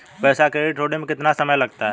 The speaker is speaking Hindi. पैसा क्रेडिट होने में कितना समय लगता है?